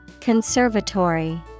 Conservatory